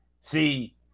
see